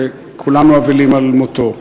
וכולנו אבלים על מותו.